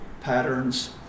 patterns